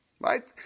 right